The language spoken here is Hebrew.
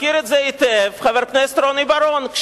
מכיר את זה היטב חבר הכנסת רוני בר-און,